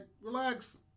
relax